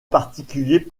particulier